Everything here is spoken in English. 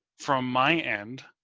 from my end.